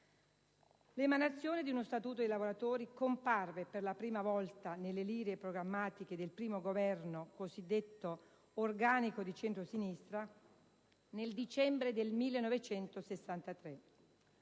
L'emanazione di uno Statuto dei lavoratori comparve per la prima volta nelle linee programmatiche del primo Governo cosiddetto organico di centrosinistra, nel dicembre del 1963.